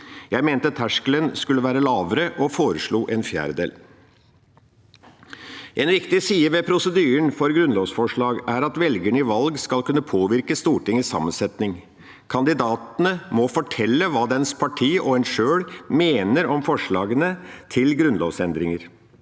Jeg mente at terskelen skulle være lavere, og foreslo én fjerdedel. En viktig side ved prosedyren for grunnlovsforslag er at velgerne i valg skal kunne påvirke Stortingets sammensetning. Kandidatene må fortelle hva deres parti og en sjøl mener om forslagene til grunnlovsendringer.